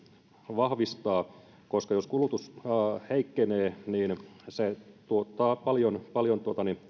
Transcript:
vahvistaa koska jos kulutus heikkenee niin se tuottaa paljon paljon